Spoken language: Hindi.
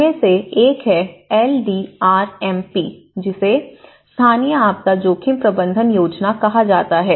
उनमें से एक है L D R M P जिसे स्थानीय आपदा जोखिम प्रबंधन योजना कहा जाता है